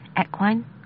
Equine